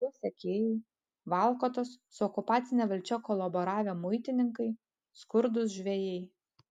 jo sekėjai valkatos su okupacine valdžia kolaboravę muitininkai skurdūs žvejai